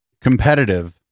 Competitive